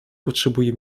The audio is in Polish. potrzebuje